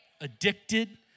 addicted